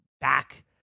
back